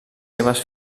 seves